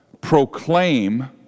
proclaim